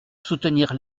soutenir